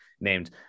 named